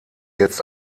jetzt